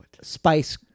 Spice